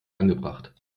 angebracht